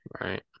Right